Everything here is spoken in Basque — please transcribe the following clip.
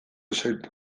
zaitut